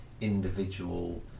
individual